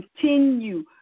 continue